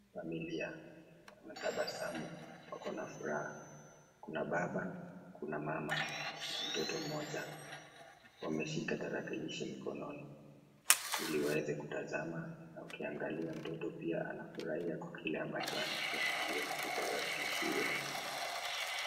Familia wanatabasamu, wako na furaha. Kuna baba, Kuna mama na mtoto mmoja wameshika tarakilishi mkononi ili waweze kutazama na ukiangalia, mtoto pia anafurahia kwa kile ambacho anakiangalia katika tarakilishi hiyo.